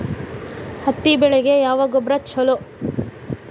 ಹತ್ತಿ ಬೆಳಿಗ ಯಾವ ಗೊಬ್ಬರ ಛಲೋ?